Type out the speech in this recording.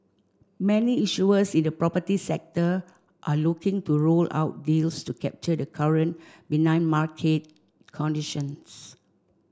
many issuers in the property sector are looking to roll out deals to capture the current benign market conditions